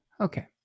Okay